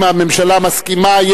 האם הממשלה מסכימה?